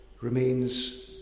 Remains